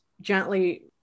gently